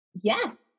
Yes